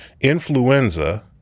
influenza